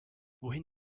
wohin